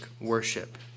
worship